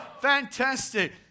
Fantastic